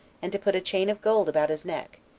and to put a chain of gold about his neck,